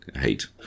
hate